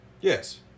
yes